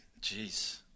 Jeez